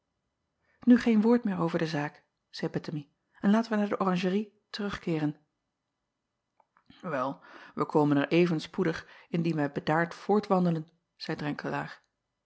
geen woord meer over de zaak zeî ettemie en laten wij naar de oranjerie terugkeeren el wij komen er even spoedig indien wij bedaard voortwandelen zeî